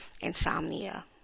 insomnia